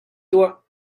tuah